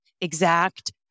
exact